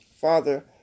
Father